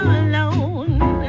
alone